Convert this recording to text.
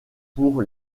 pour